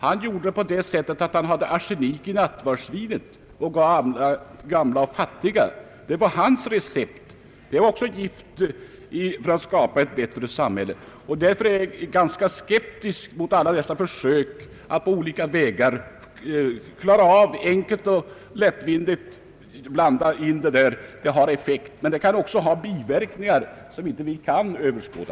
Han gjorde på det sättet att han lade arsenik i nattvardsvinet åt gamla och fattiga, det var hans recept. Det var också ett sätt att använda gift för att skapa ett bättre samhälle. Därför är jag ganska skeptisk mot alla dessa försök att på olika vägar enkelt och lättvindigt klara frågan. Att blanda in fluor kan ha god effekt, men det kan också ha biverkningar som vi inte kan överblicka.